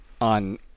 on